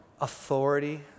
authority